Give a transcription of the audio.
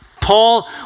Paul